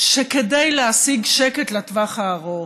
שכדי להשיג שקט לטווח הארוך,